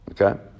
Okay